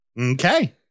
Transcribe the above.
Okay